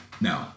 No